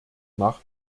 nach